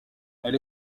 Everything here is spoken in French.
elle